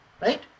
Right